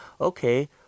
okay